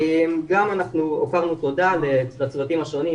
העברנו תודה לצוותים השונים,